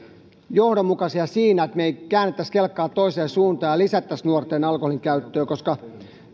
johdonmukaisia siinä että me emme kääntäisi kelkkaa toiseen suuntaan ja lisäisi nuorten alkoholinkäyttöä koska